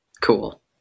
Cool